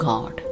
God